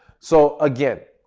so, again,